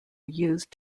used